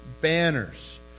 banners